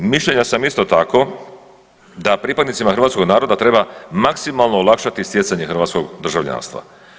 Mišljenja sam, isto tako, da pripadnicima hrvatskog naroda treba maksimalno olakšati stjecanje hrvatskog državljanstva.